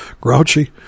grouchy